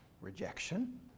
rejection